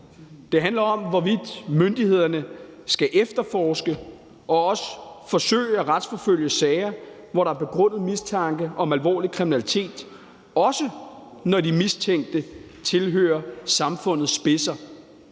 Det handler om, hvorvidt myndighederne skal efterforske og også forsøge at retsforfølge i sager, hvor der er begrundet mistanke om alvorlig kriminalitet, også når de mistænkte tilhører samfundets spidser,